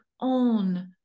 own